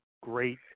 great